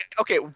okay